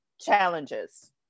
challenges